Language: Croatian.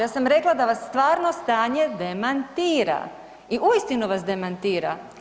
Ja sam rekla da vas stvarno stanje demantira i uistinu vas demantira.